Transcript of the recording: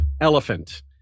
elephant